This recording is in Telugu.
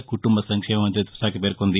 కుటుంబ సంక్షేమ మంతిత్వ శాఖ పేర్కొంది